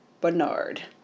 Bernard